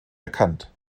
erkannt